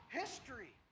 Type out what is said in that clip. history